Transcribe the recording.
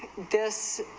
this